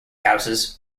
houses